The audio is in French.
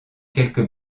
quelques